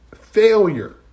failure